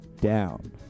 down